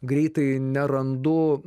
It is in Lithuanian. greitai nerandu